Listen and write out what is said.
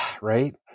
Right